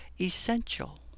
essential